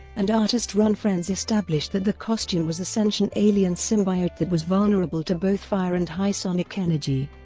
and artist ron frenz established that the costume was a sentient alien symbiote that was vulnerable to both fire and high sonic energy.